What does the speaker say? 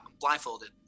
blindfolded